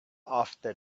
after